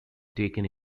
taken